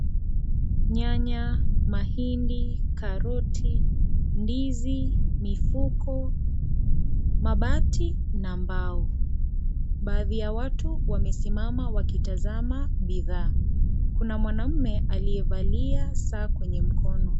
Nyanya, mahindi, karoti, ndizi, mifuko, mabati na mbao. Baadhi ya watu wamesimama wakitazama bidhaa. Kuna mwanaume aliyevalia saa kwenye mkono.